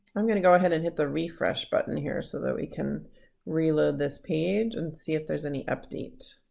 i'm gonna go ahead and hit the refresh button here so that we can reload this page, and see if there's any update.